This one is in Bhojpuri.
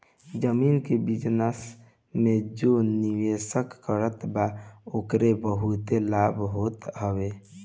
जमीन के बिजनस में जे निवेश करत बा ओके बहुते लाभ होत हवे